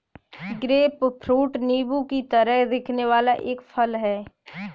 grapefruit नींबू की तरह दिखने वाला एक फल है